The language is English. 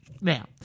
Now